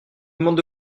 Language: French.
demande